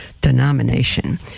denomination